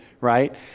right